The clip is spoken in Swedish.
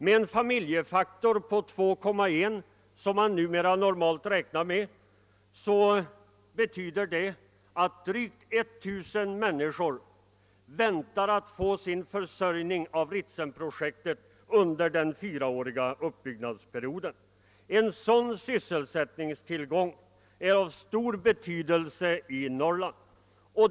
Med en familjefaktor på 2,1, som man numera normalt räknar med, betyder det att drygt 1 000 människor väntar att få sin försörjning av Ritsemprojektet under den fyraåriga uppbyggnadsperioden. En sådan sysselsättningstillgång är av stor betydelse i Norrland.